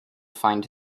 find